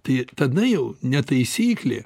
tai tada jau ne taisyklė